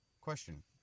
Question